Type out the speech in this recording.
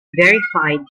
verified